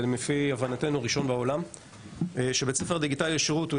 ולפי הבנתי ראשון בעולם של בית ספר דיגיטלי לשירות.